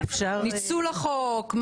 ניצול החוק?